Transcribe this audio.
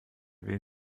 will